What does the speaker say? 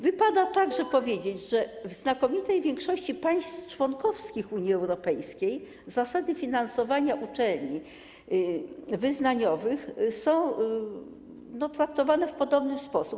Wypada także powiedzieć, że w znakomitej większości państw członkowskich Unii Europejskiej zasady finansowania uczelni wyznaniowych są podobne.